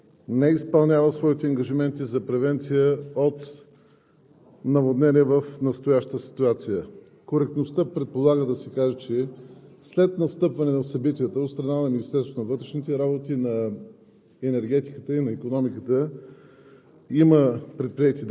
искам да кажа, че МОСВ не изпълнява своите ангажименти за превенция от наводнения в настоящата ситуация. Коректността предполага да се каже, че след настъпване на събитията от страна на Министерството на вътрешните работи, на